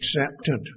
accepted